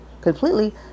completely